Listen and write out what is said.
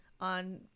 on